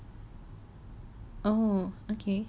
yes showed souvenir so like